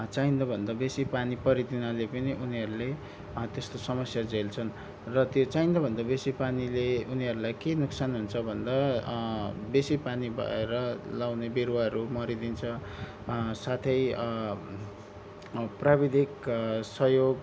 चाहिँदोभन्दा बेसी पानी परिदिनाले पनि उनीहरूले त्यस्तो समस्या झेल्छन् र त्यो चाहिँदोभन्दा बेसी पानीले उनीहरूलाई के नोक्सान हुन्छ भन्दा बेसी पानी भएर लगाउने बिरुवाहरू मरिदिन्छ साथै प्राविधिक सहयोग